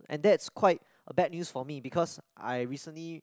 and that's quite a bad news for me because I recently